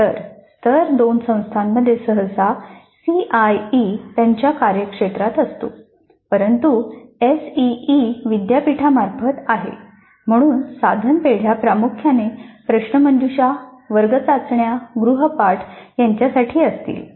तर स्तर 2 संस्थांमध्ये सहसा सीआयई त्यांच्या कार्यक्षेत्रात असतो परंतु एसईई विद्यापीठामार्फत आहे म्हणून साधन पेढ्या प्रामुख्याने प्रश्नमंजुषा वर्ग चाचण्या गृहपाठ यांच्यासाठी असतील